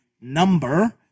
number